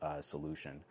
solution